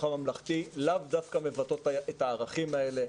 הממלכתי לאו דווקא מבטאות את הערכים האלה,